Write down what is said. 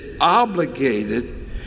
obligated